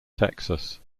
texas